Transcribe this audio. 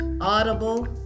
Audible